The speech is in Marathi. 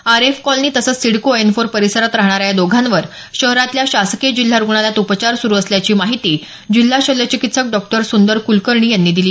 आरेफ कॉलनी तसंच सिडको एन फोर परिसरात राहणाऱ्या या दोघांवर शहरातल्या शासकीय जिल्हा रूग्णालयात उपचार सुरू असल्याची माहिती जिल्हा शल्यचिकित्सक डॉक्टर सुंदर कुलकर्णी यांनी दिली